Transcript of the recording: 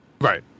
Right